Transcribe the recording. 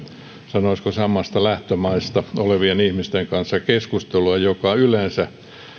sanoisiko samasta lähtömaista olevien ihmisten kanssa keskustelua mikä yleensä heikentää